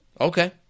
Okay